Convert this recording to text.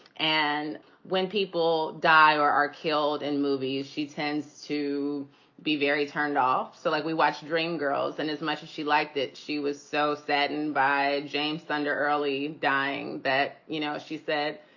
and when people die or are killed in movies, she tends to be very turned off. so like we watch dreamgirls and as much as she liked it, she was so saddened by james thunder early dying that, you know, she said,